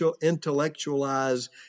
intellectualize